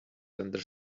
tender